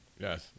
Yes